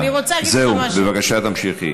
זהו, בבקשה תמשיכי.